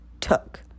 took